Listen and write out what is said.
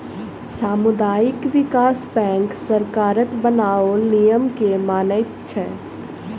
सामुदायिक विकास बैंक सरकारक बनाओल नियम के मानैत छै